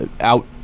out